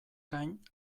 gain